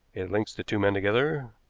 it links the two men together.